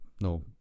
no